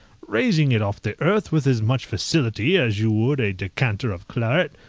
raising it off the earth with as much facility as you would a decanter of claret.